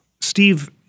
Steve